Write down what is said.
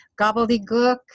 gobbledygook